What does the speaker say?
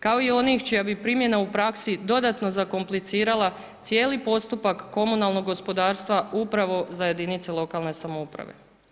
Kao i onih čija bi primjena u praksi dodatno zakomplicirala, cijeli postupak, komunalno gospodarstva, upravo za jedinice lokalne samouprave.